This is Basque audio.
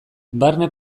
barne